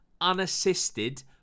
unassisted